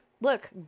Look